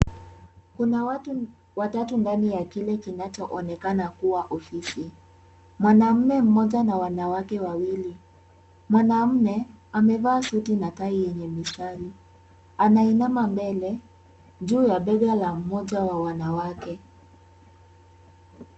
Kuna watu watatu ndani ya kile kinachoonekana kuwa ofisi. Mwanamume mmoja na wanawake wawili, mwanaume amevaa suti na tai yenye mistari anainama mbele juu ya bega la mmoja wa wanawake.